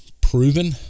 Proven